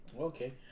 Okay